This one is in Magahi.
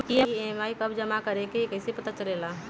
ई.एम.आई कव जमा करेके हई कैसे पता चलेला?